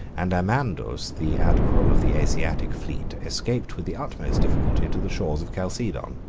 and amandus, the admiral of the asiatic fleet, escaped with the utmost difficulty to the shores of chalcedon